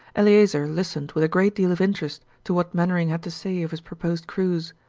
eleazer listened with a great deal of interest to what mainwaring had to say of his proposed cruise.